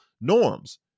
norms